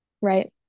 Right